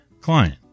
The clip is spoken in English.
client